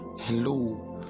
Hello